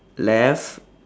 left